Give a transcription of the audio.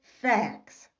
facts